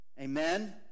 amen